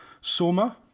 Soma